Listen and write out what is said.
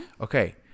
Okay